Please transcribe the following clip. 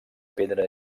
pedra